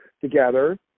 together